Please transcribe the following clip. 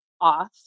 off